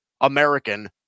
American